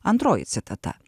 antroji citata